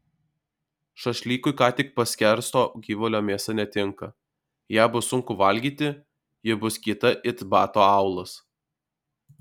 šašlykui ką tik paskersto gyvulio mėsa netinka ją bus sunku valgyti ji bus kieta it bato aulas